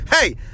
Hey